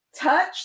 touch